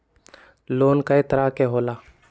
Loan कय तरह के होला?